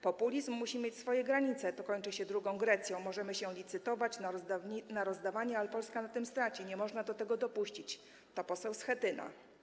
Populizm musi mieć swoje granice, to kończy się drugą Grecją, możemy się licytować na rozdawanie, ale Polska na tym straci, nie można do tego dopuścić - to poseł Schetyna.